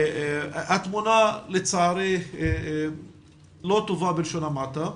התמונה לצערי לא טובה, בלשון המעטה,